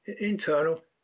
Internal